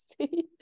See